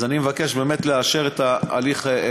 אני מבקש באמת לאשר את ההליך,